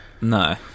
no